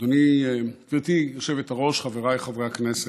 גברתי היושבת-ראש, חבריי חברי הכנסת,